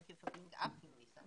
נתחיל עם גבריאל גרויסמן מפלורידה.